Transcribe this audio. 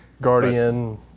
Guardian